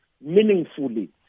meaningfully